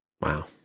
Wow